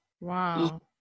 Wow